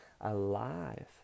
alive